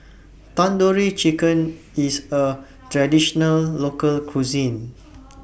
Tandoori Chicken IS A Traditional Local Cuisine